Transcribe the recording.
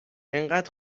انقد